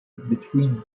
between